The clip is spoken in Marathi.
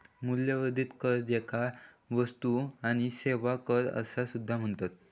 मूल्यवर्धित कर, ज्याका वस्तू आणि सेवा कर असा सुद्धा म्हणतत